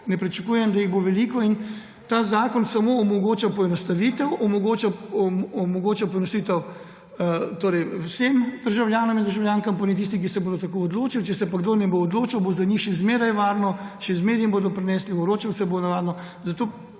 Ne pričakujem, da jih bo veliko. Ta zakon samo omogoča poenostavitev, omogoča poenostavitev vsem državljanom in državljankam, tistim, ki se bodo tako odločili. Če se pa kdo ne bo odločil, bo zanj še zmeraj varno, še zmeraj mu bodo prinesli, vročalo se bo navadno.